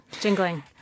Jingling